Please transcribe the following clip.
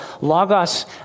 logos